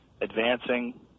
advancing